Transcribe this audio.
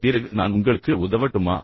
பிறகு நான் உங்களுக்கு உதவட்டுமா